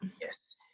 Yes